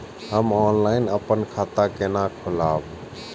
हम ऑनलाइन अपन खाता केना खोलाब?